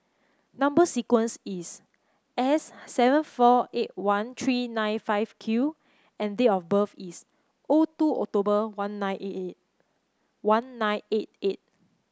number sequence is S seven four eight one three nine five Q and date of birth is O two October one nine eight eight one nine eight eight